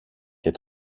και